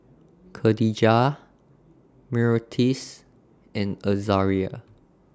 Kadijah Myrtis and Azaria